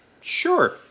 Sure